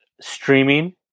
streaming